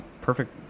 perfect